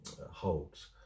holds